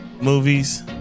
movies